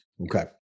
Okay